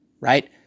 right